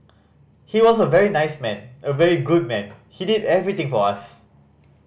he was a very nice man a very good man he did everything for us